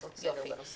לעשות סדר.